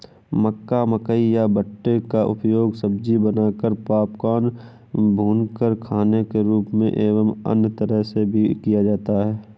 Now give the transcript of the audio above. मक्का, मकई या भुट्टे का उपयोग सब्जी बनाकर, पॉपकॉर्न, भूनकर खाने के रूप में एवं अन्य तरह से भी किया जाता है